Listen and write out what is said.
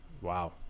Wow